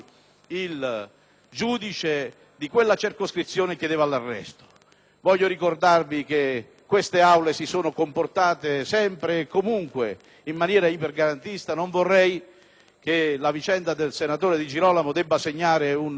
Voglio ricordarvi che queste Aule si sono comportate sempre e comunque in maniera ipergarantista. Non vorrei che la vicenda del senatore Di Girolamo dovesse segnare un precedente drammatico per le sorti di ciascuno di noi.